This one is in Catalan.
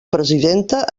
presidenta